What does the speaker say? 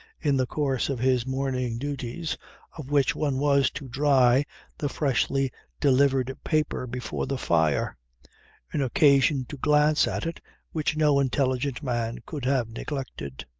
in the course of his morning duties of which one was to dry the freshly delivered paper before the fire an occasion to glance at it which no intelligent man could have neglected.